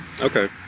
Okay